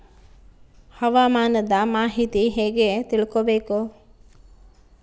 ಹವಾಮಾನದ ಮಾಹಿತಿ ಹೇಗೆ ತಿಳಕೊಬೇಕು?